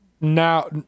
now